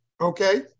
okay